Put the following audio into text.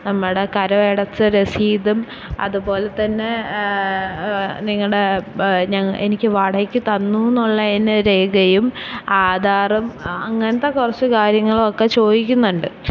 നമ്മുടെ കരമടച്ച രസീതും അതുപോലെത്തന്നെ നിങ്ങളുടെ എനിക്ക് വാടകക്ക് തന്നുവെന്നുള്ളതിന് രേഖയും ആധാറും അങ്ങനത്തെ കുറച്ച് കാര്യങ്ങളുമൊക്കെ ചോദിക്കുന്നുണ്ട്